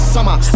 Summer